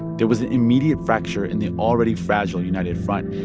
there was an immediate fracture in the already fragile united front.